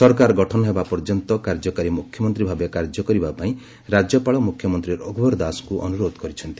ସରକାର ଗଠନ ହେବା ପର୍ଯ୍ୟନ୍ତ କାର୍ଯ୍ୟକାରୀ ମୁଖ୍ୟମନ୍ତ୍ରୀ ଭାବେ କାର୍ଯ୍ୟ କରିବା ପାଇଁ ରାଜ୍ୟପାଳ ମୁଖ୍ୟମନ୍ତ୍ରୀ ରଘୁବର ଦାସକୁ ଅନୁରୋଧ କରିଛନ୍ତି